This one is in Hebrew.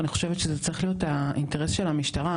ואני חושבת שזה צריך להיות האינטרס של המשטרה.